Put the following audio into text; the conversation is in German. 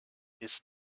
ist